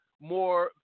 more